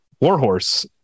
warhorse